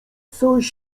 coś